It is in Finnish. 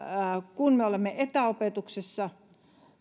kun me olemme etäopetuksessa